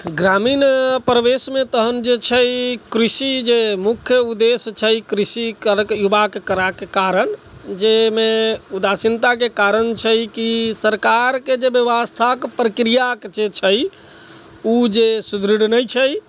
ग्रामीण परिवेशमे तखन जे छै कृषि जे मुख्य उद्देश्य छै कृषि कार्य युवाके करैके कारण जाहिमे उदासीनताके कारण छै कि सरकारके जे व्यवस्थाके प्रक्रियाके जे छै ओ जे सुदृढ़ नहि छै